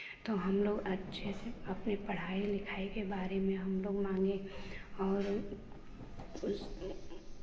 तो हमलोग अच्छे से अपने पढ़ाई लिखाई के बारे में हमलोग मांगे और उस